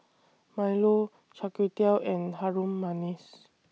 Milo Char Kway Teow and Harum Manis